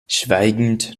schweigend